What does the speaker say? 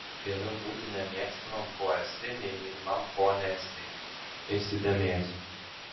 geriau būti nemėgstamam kuo esi nei mylimam kuo nesi įsidėmėsiu